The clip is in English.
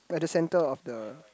at the center of the